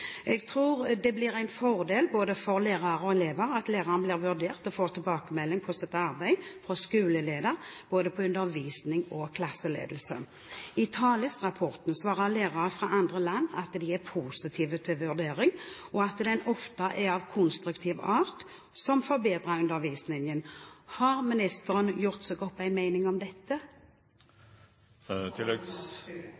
Jeg tror det vil være en fordel for både lærere og elever at læreren blir vurdert og får tilbakemelding på sitt arbeid fra skoleleder på både undervisning og klasseledelse. I TALIS-rapporten svarer lærere fra andre land at de er positive til vurdering, og at den ofte er av konstruktiv art som forbedrer undervisningen. Har ministeren gjort seg opp en mening om dette